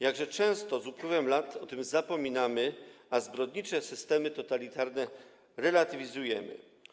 Jakże często z upływem lat o tym zapominamy, a zbrodnicze systemy totalitarne relatywizujemy.